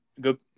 good